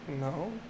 No